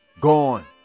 gone